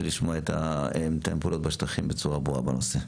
לשמוע את מתאם הפעולות בשטחים בצורה ברורה בנושא.